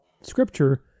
Scripture